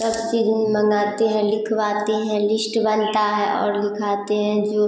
सब चीज़ मँगाते हैं लिखवाते हैं लिश्ट बनता है और लिखाते हैं जो